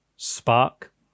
spark